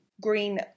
green